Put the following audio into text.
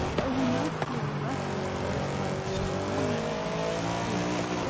though he must do the rough work for his wife during one more winter at least,